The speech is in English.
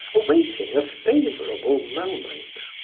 awaiting a favorable moment.